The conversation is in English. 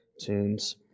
tunes